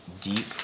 deep